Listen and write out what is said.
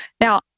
Now